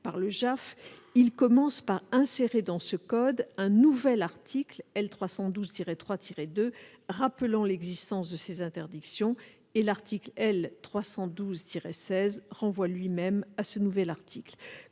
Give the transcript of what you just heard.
par le JAF, il vise à insérer dans ce même code un nouvel article L. 312-3-2 rappelant l'existence de ces interdictions. Quant à l'article L. 312-16, il renvoie lui-même à ce nouvel article.